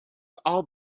all